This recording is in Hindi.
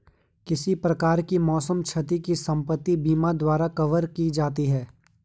किसी प्रकार की मौसम क्षति भी संपत्ति बीमा द्वारा कवर की जाती है